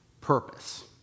purpose